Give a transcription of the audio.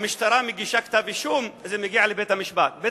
המשטרה מגישה כתב אישום וזה מגיע לבית-המשפט.